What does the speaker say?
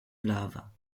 lava